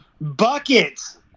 Buckets